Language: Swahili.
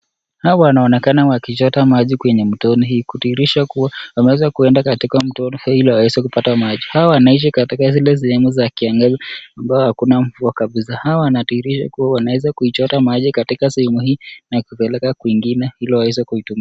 Hawa wanaonekana wakichota maji kwenye mtoni hii, kudhihirisha kuwa wameweza kwenda katika mto ili waweze kupata maji. Hawa wanaishi katika zile sehemu za kiangazi ambazo hakuna mvua kabisa. Hawa wanadhihirisha kuwa wanaweza kuichota maji katika sehemu hii na kuipeleka kwingine ili waweze kuitumia.